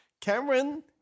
Cameron